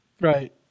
Right